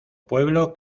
pueblo